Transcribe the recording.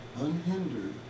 unhindered